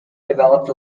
developed